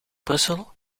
brussel